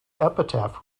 epitaph